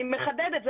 אני מחדדת,